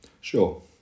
Sure